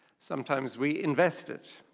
sometimes we invest it.